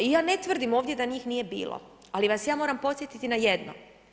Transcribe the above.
I ja ne tvrdim ovdje da njih nije bilo, ali vas ja moram podsjetiti na jedno.